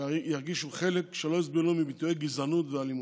שירגישו חלק, שלא יסבלו מביטויי גזענות ואלימות.